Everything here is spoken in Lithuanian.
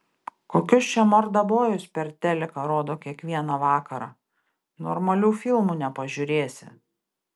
kokius čia mordabojus per teliką rodo kiekvieną vakarą normalių filmų nepažiūrėsi